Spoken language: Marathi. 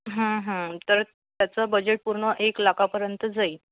तर त्याचं बजेट पूर्ण एक लाखापर्यंत जाईल